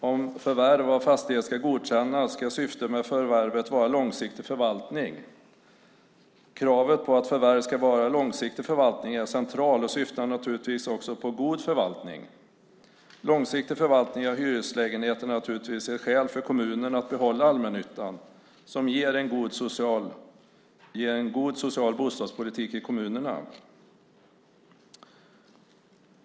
Om förvärv av fastighet ska godkännas ska syftet med förvärvet vara långsiktig förvaltning. Kravet på att syftet med förvärvet ska vara långsiktig förvaltning är centralt och syftar naturligtvis också på god förvaltning. Långsiktig förvaltning av hyreslägenheter är naturligtvis ett skäl för kommunen att behålla allmännyttan som ger en god social bostadspolitik i kommunerna.